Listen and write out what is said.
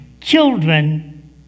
children